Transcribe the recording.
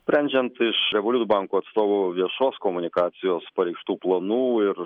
sprendžiant iš revoliut bankų atstovų viešos komunikacijos pareikštų planų ir